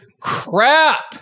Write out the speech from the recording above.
crap